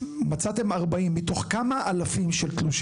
זאת אומרת שאני נפלתי על ה-90% הלא מופרשים.